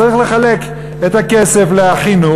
צריך לחלק את הכסף לחינוך,